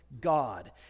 God